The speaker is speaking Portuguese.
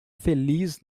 feliz